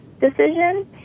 decision